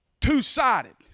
two-sided